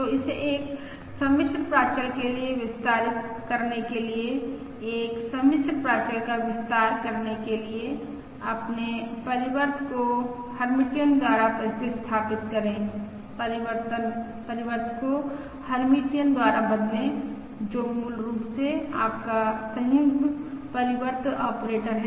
तो इसे एक सम्मिश्र प्राचल के लिए विस्तारित करने के लिए एक सम्मिश्र प्राचल का विस्तार करने के लिए अपने परिवर्त को हेर्मिटियन द्वारा प्रतिस्थापित करें परिवर्त को हेर्मिटियन द्वारा बदलें जो मूल रूप से आपका संयुग्म परिवर्त ऑपरेटर है